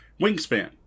Wingspan